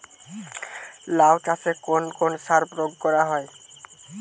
লাউ চাষে কোন কোন সার প্রয়োগ করা হয়?